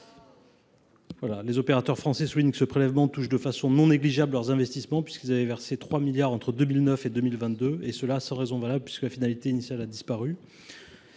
Les opérateurs français soulignent que ce prélèvement touche de façon non négligeable leurs investissements – ils ont versé 3 milliards d’euros entre 2009 et 2022 –, sans raison valable, puisque la finalité initiale du